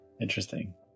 Interesting